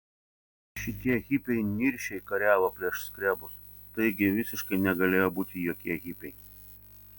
šitie hipiai niršiai kariavo prieš skrebus taigi visiškai negalėjo būti jokie hipiai